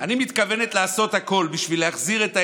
אני מתכוונת לעשות הכול בשביל להחזיר את הילדים.